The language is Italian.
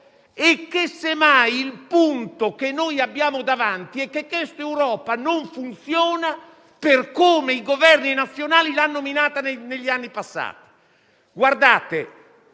e che semmai il punto che noi abbiamo davanti è che questa Europa non funziona per come i Governi nazionali l'hanno minata negli anni passati.